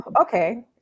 okay